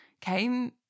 came